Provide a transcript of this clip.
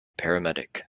paramedic